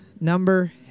number